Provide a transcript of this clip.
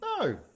No